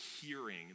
hearing